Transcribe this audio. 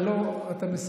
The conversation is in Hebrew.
לא נפלה שגגה.